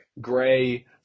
gray